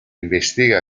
investiga